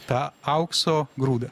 tą aukso grūdą